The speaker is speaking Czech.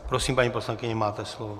Prosím, paní poslankyně, máte slovo.